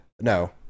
No